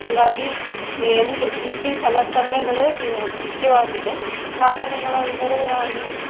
ಹಾಗಾಗಿ ಎ ಯಂತ್ರ ಕೃಷಿ ಸಲಕರಣೆಗಳೇ ಮುಖ್ಯವಾಗಿದೆ ಸಾಧನಗಳು ಅಂದರೆ